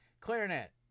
Clarinet